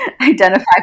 identify